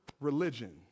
religion